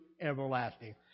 everlasting